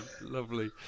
lovely